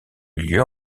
lieu